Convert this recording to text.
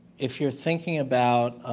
if you're thinking about.